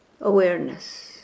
awareness